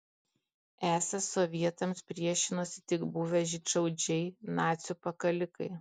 esą sovietams priešinosi tik buvę žydšaudžiai nacių pakalikai